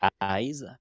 eyes